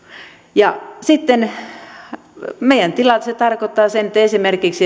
meidän tilallamme se tarkoittaa että esimerkiksi